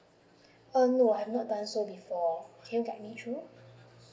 oh no I have not done so before can you guide me through